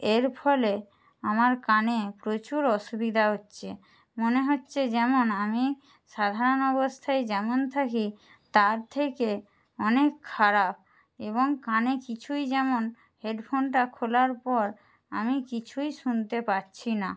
এর ফলে আমার কানে প্রচুর অসুবিধা হচ্ছে মনে হচ্ছে যেমন আমি সাধারণ অবস্থায় যেমন থাকি তার থেকে অনেক খারাপ এবং কানে কিছুই যেমন হেড ফোনটা খোলার পর আমি কিছুই শুনতে পারছি না